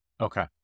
Okay